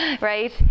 right